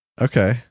Okay